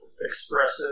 expressive